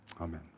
Amen